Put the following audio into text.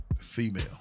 female